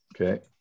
Okay